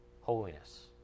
holiness